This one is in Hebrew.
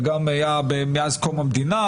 וגם היה מאז קום המדינה,